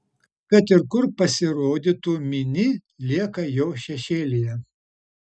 kad ir kur pasirodytų mini lieka jo šešėlyje